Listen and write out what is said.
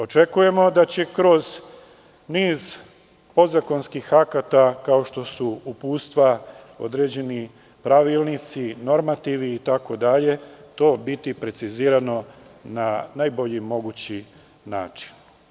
Očekujemo da će kroz niz podzakonskih akata, kao što su uputstva, određeni pravilnici, normativi itd, to biti precizirano na najbolji mogući način.